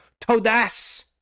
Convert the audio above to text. Todas